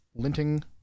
linting